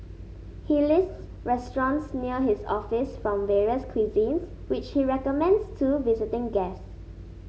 he lists restaurants near his office from various cuisines which he recommends to visiting guest